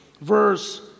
verse